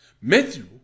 Matthew